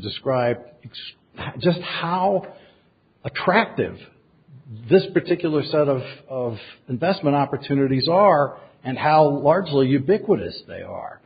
describe just how attractive this particular set of investment opportunities are and how largely ubiquitous they are